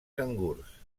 cangurs